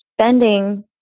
spending